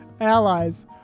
allies